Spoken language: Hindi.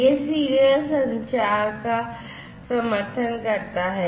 यह serial संचार का समर्थन करता है